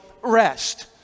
rest